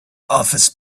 office